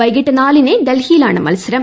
വൈകിട്ട് നാലിന് ഡൽഹിയിലാണ് മത്സരം